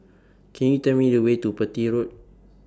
Can YOU Tell Me The Way to Petir Road